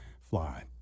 fly